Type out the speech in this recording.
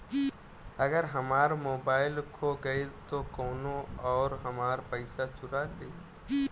अगर हमार मोबइल खो गईल तो कौनो और हमार पइसा चुरा लेइ?